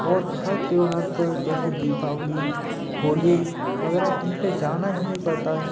और हर त्यौहार पर जैसे दीपावली होली वगैरह इन पर जाना ही पड़ता है